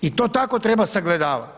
I to tako treba sagledavati.